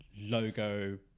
logo